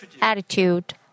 attitude